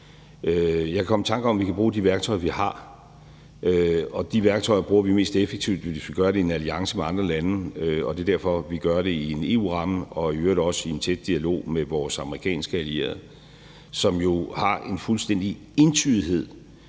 Jeg kan komme i tanke om, at vi kan bruge de værktøjer, vi har, og de værktøjer bruger vi mest effektivt, hvis vi gør det i en alliance med andre lande. Det er derfor, vi gør det i en EU-ramme og i øvrigt også i en tæt dialog med vores amerikanske allierede, som jo har en fuldstændig entydighed